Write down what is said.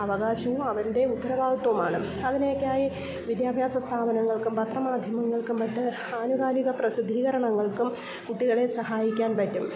അവകാശവും അവരുടെ ഉത്തരവാദിത്തവുമാണ് അതിനൊക്കെയായി വിദ്യാഭ്യാസ സ്ഥാപനങ്ങൾക്കും പത്രമാധ്യമങ്ങൾക്കും മറ്റ് ആനുകാലിക പ്രസിദ്ധീകരണങ്ങൾക്കും കുട്ടികളെ സഹായിക്കാൻ പറ്റും